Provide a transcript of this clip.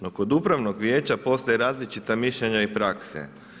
No kod upravnog vijeća postoje različita mišljenja i prakse.